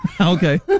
Okay